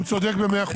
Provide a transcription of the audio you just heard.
הוא צודק במאה אחוזים.